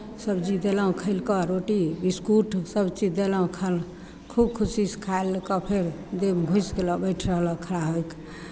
सबजी देलहुँ खयलकऽ रोटी बिसकुट सभचीज देलहुँ खाय लए खूब खुशीसँ खाय लेलकह फेर देहमे घुसि गेलह बैठ रहलह खड़ा होय कऽ